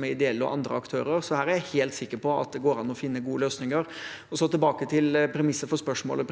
med ideelle aktører og andre. Her er jeg helt sikker på at det går an å finne gode løsninger. Tilbake til premisset for spørsmålet: